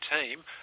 team